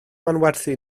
manwerthu